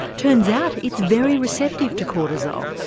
turns out it's very receptive to cortisol,